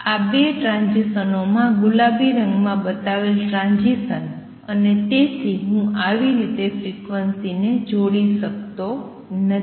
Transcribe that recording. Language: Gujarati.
આ બે ટ્રાંઝીસનોમાં ગુલાબી રંગમાં બતાવેલ ટ્રાંઝીસન અને તેથી હું આવી રીતે ફ્રીક્વન્સીને જોડી શકતો નથી